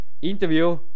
Interview